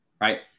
right